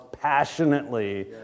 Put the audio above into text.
passionately